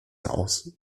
aus